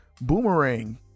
boomerang